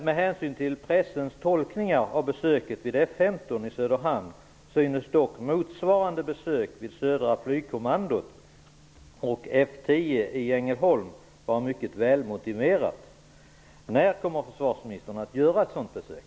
Med hänsyn till pressens tolkningar av besöket vid F 15 i Söderhamn är ett motsvarande besök vid södra flygkommandot och F 10 i Ängelholm mycket välmotiverat. När kommer försvarsministern att göra ett sådant besök?